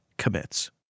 Commits